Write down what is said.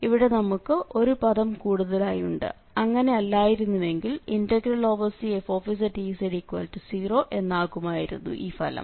ഇവിടെ നമുക്ക് ഒരു പദം കൂടുതലായുണ്ട് അങ്ങനെ അല്ലായിരുന്നുവെങ്കിൽ Cfzdz0 എന്നാകുമായിരുന്നു ഈ ഫലം